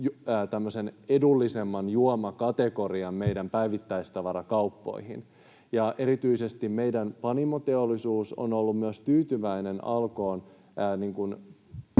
edullisemman juomakategorian meidän päivittäistavarakauppoihin. Erityisesti meidän panimoteollisuus on ollut myös tyytyväinen Alkoon